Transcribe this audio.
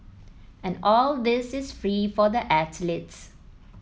and all this is free for the athletes